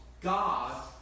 God